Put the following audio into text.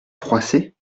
froissée